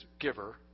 giver